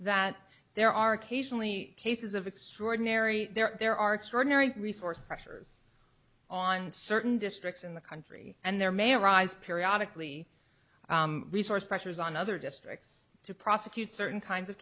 that there are occasionally cases of extraordinary there are extraordinary resource pressures on certain districts in the country and there may arise periodic lee resource pressures on other districts to prosecute certain kinds of